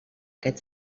aquest